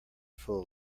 full